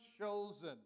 chosen